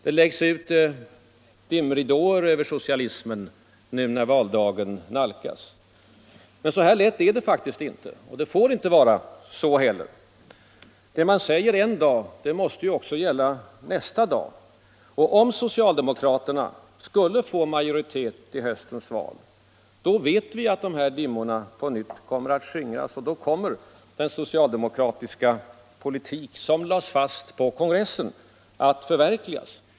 Det läggs ut dimridåer över socialismen nu när valdagen nalkas. Men så lätt är det faktiskt inte och det får inte vara så heller. Det man säger en dag, måste också gälla nästa dag. Och vi vet att om socialdemokraterna skulle få majoritet i höstens val, kommer de här dim morna på nytt att skingras och då kommer den socialdemokratiska politik, som lades fast på kongressen, att förverkligas.